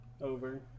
over